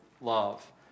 love